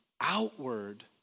outward